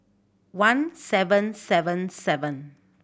one seven seven seven